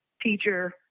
teacher